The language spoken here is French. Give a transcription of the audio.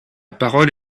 parole